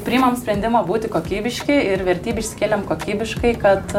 priimam sprendimą būti kokybiški ir vertybę išsikėlėm kokybiškai kad